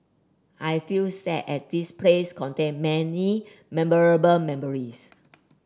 I feel sad as this place contain many memorable memories